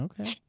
okay